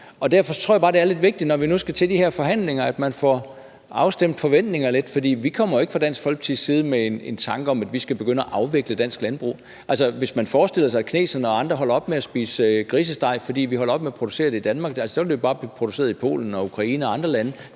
Derfor tror jeg bare, det er lidt vigtigt, når vi nu skal til de her forhandlinger, at man får afstemt forventninger lidt, for vi kommer ikke fra Dansk Folkepartis side med en tanke om, at vi skal begynde at afvikle dansk landbrug. Hvis man forestiller sig, at kineserne og andre holder op med at spise grisesteg, fordi vi holder op med at producere det i Danmark, vil jeg sige, at sådan forholder det sig ikke, for så vil det bare blive produceret i Polen, Ukraine og andre lande,